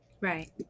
Right